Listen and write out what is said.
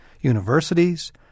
Universities